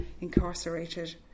incarcerated